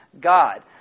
God